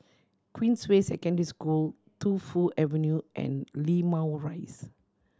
Queensway Secondary School Tu Fu Avenue and Limau Rise